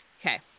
Okay